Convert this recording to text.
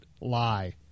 lie